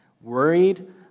worried